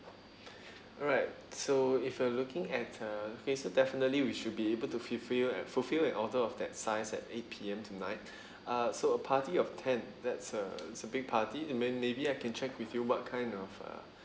alright so if you're looking at uh K so definitely we should be able to fulfil at fulfill an order of that size at eight P_M tonight uh so a party of ten that's a it's a big party may~ maybe I can check with you what kind of uh